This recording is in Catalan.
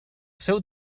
seu